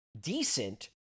decent